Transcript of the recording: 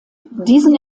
diesen